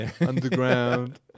underground